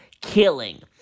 killing